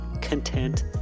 content